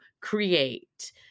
create